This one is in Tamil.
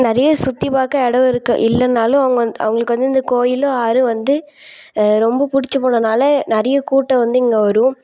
நிறைய சுற்றி பார்க்க இடம் இருக்குது இல்லைன்னாலும் அவங்க வந் அவங்களுக்கு வந்து இந்த கோயிலும் ஆறும் வந்து ரொம்ப பிடிச்சிப் போனதுனால் நிறைய கூட்டம் வந்து இங்கே வரும்